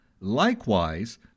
likewise